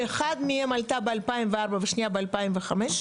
שאחת מהן עלתה ב-2004 והשנייה ב-2005,